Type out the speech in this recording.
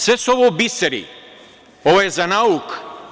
Sve su ovo biseri, ovo je za nauk.